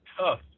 tough